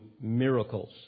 miracles